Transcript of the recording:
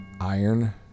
iron